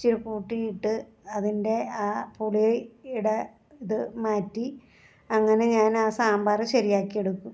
ഇച്ചിരി കൂട്ടിയിട്ട് അതിൻ്റെ ആ പുളിയുടെ ഇത് മാറ്റി അങ്ങനെ ഞാനാ സാമ്പാറ് ശരിയാക്കി എടുക്കും